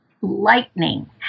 lightning